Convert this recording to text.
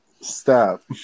stop